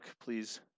please